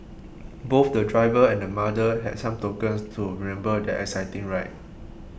both the driver and the mother had some tokens to remember their exciting ride